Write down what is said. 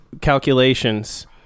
calculations